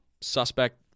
suspect